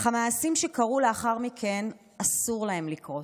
אך המעשים שקרו לאחר מכן, אסור להם לקרות.